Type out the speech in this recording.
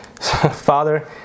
Father